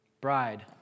bride